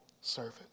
servant